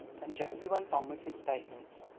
then geoffrey went on with his statement.